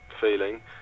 feeling